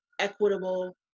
equitable